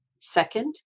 Second